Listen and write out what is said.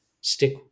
stick